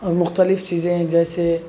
اور مختلف چیزیں جیسے